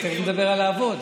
תכף נדבר על לעבוד,